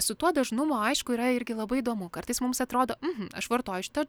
su tuo dažnumu aišku yra irgi labai įdomu kartais mums atrodo uhu aš vartoju šitą